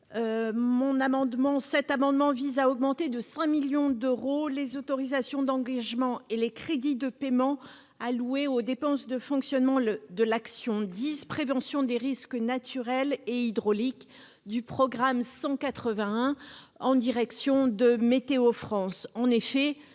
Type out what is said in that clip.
Martine Filleul. Cet amendement vise à augmenter de 5 millions d'euros les autorisations d'engagement et les crédits de paiement alloués aux dépenses de fonctionnement de l'action 10, Prévention des risques naturels et hydrauliques, du programme 181 en direction de Météo France.